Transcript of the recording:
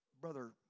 Brother